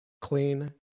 clean